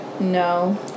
No